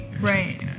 Right